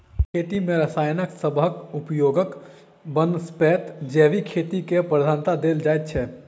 खेती मे रसायन सबहक उपयोगक बनस्पैत जैविक खेती केँ प्रधानता देल जाइ छै